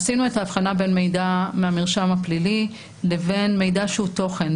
עשינו את ההבחנה בין מידע מהמרשם הפלילי לבין מידע שהוא תוכן.